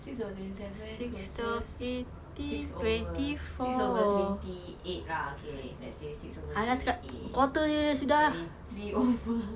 six over twenty seven closest six over twenty eight lah okay let's say six over twenty eight jadi three oh four